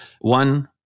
one